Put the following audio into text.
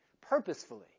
purposefully